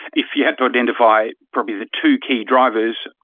if you had to identify probably the two key drivers,